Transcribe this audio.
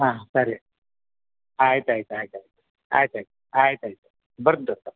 ಹಾಂ ಸರಿ ಆಯ್ತು ಆಯ್ತು ಆಯ್ತು ಆಯ್ತು ಆಯ್ತು ಆಯ್ತು ಆಯ್ತು ಆಯ್ತು ಬರ್ತೇವೆ ಸರ್